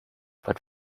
but